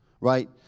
right